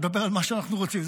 לדבר על מה שאנחנו רוצים.